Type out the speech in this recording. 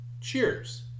Cheers